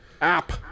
app